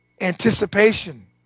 anticipation